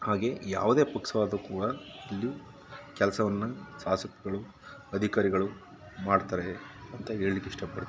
ಹಾಗೆ ಯಾವುದೇ ಪಕ್ಷವಾದರೂ ಕೂಡ ಇಲ್ಲಿ ಕೆಲಸವನ್ನ ಶಾಸಕರುಗಳು ಅಧಿಕಾರಿಗಳು ಮಾಡ್ತಾರೆ ಅಂತ ಹೇಳಲಿಕ್ಕೆ ಇಷ್ಟಪಡ್ತೀನಿ